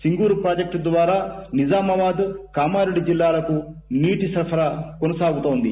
సింగూరు ద్వారా నిజామాబాద్ కామారెడ్డి జిల్లాలకు నీటి సరఫరా కొనసాగుతోంది